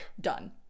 Done